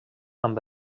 amb